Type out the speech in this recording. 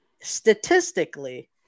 statistically